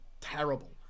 terrible